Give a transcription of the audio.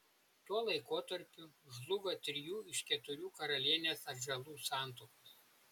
tuo laikotarpiu žlugo trijų iš keturių karalienės atžalų santuokos